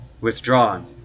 withdrawn